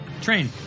Train